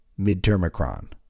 midtermicron